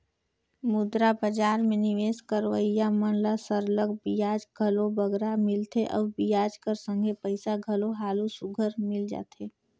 मुद्रा बजार में निवेस करोइया मन ल सरलग बियाज घलो बगरा मिलथे अउ बियाज कर संघे पइसा घलो हालु सुग्घर मिल जाथे